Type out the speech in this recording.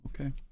okay